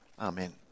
Amen